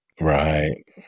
Right